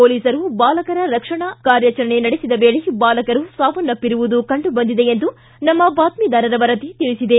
ಪೊಲೀಸರು ಬಾಲಕರ ರಕ್ಷಣಾ ಕಾರ್ಯಾಚರಣೆ ನಡೆಸಿದ ವೇಳೆ ಬಾಲಕರು ಸಾವನ್ನಪ್ಪಿರುವುದು ಕಂಡುಬಂದಿದೆ ಎಂದು ನಮ್ನ ಬಾತ್ಮಿದಾರರ ವರದಿ ತಿಳಿಸಿದೆ